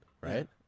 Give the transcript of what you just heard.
right